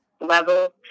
level